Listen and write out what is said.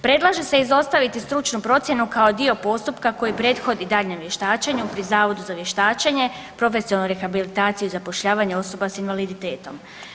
Predlaže se izostaviti stručnu procjenu kao dio postupka koji prethodi daljnjem vještačenju pri Zavodu za vještačenje, profesionalnu rehabilitaciju i zapošljavanje osoba s invaliditetom.